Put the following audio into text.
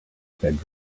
bedroom